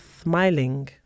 smiling